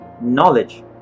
knowledge